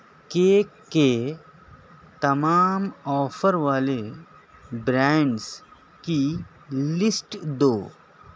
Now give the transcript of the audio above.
cake کے تمام offer والے برانڈس کی لسٹ دو